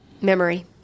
memory